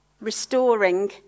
restoring